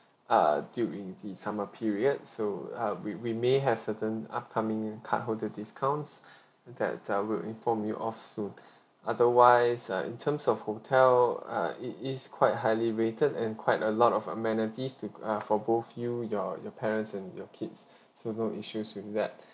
err during the summer period so uh we we may have certain upcoming card holder discounts that uh we'll inform you of soon otherwise uh in terms of hotel uh it is quite highly rated and quite a lot of amenities to uh for both you your your parents and your kids so no issues with that